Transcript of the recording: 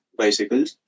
bicycles